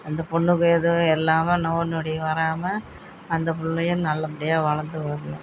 அந்த பொண்ணுக்கு எதுவும் இல்லாமல் நோய் நொடி வராமல் அந்த பிள்ளைய நல்லபடியாக வளர்த்து வரணும்